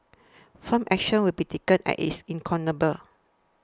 firm action will be taken at he is incorrigible